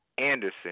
Anderson